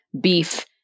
beef